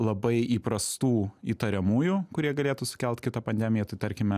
labai įprastų įtariamųjų kurie galėtų sukelt kitą pandemiją tai tarkime